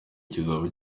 kizaba